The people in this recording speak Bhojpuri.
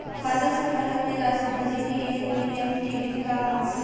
खाता से खाता में राशि भेजे के एन.ई.एफ.टी विधि का ह?